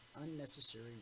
unnecessary